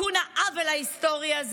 לתיקון העוול ההיסטורי הזה.